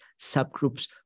subgroups